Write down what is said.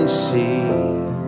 see